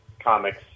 comics